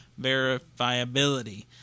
verifiability